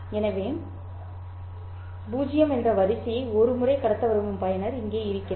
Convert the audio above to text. எனவே 0 என்ற வரிசையை ஒரு முறை கடத்த விரும்பும் பயனர் இங்கே இருக்கிறார்